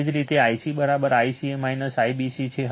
એવી જ રીતે Ic ICA IBC છે